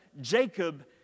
Jacob